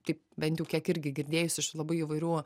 taip bent jau kiek irgi girdėjus iš labai įvairių